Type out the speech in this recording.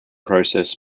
process